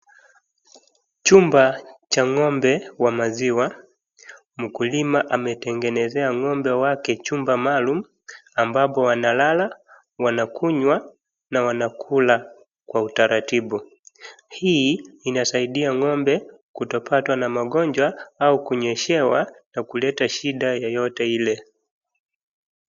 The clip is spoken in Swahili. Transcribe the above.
Chumba cha ng'ombe wa maziwa. Mkulima ametengenezea ng'ombe wake chumba maalum ambayo wanalala, wanakunywa na wanakula kwa utaratibu. Hii inasaidia ng'ombe kutopatwa na magonjwa au kunyeshewa na kuleta shida yoyote ile.